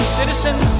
citizens